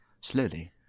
Slowly